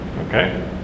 okay